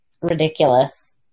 ridiculous